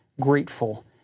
grateful